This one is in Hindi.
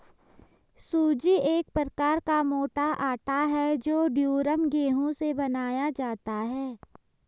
सूजी एक प्रकार का मोटा आटा है जो ड्यूरम गेहूं से बनाया जाता है